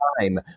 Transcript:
time